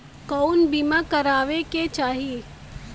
कउन बीमा करावें के चाही?